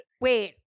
Wait